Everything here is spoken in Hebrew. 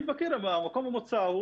אם אני לא טועה,